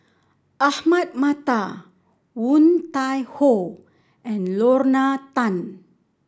Ahmad Mattar Woon Tai Ho and Lorna Tan